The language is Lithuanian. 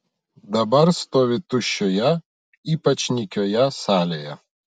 dabar stovi tuščioje ypač nykioje salėje